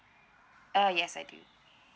uh yes I do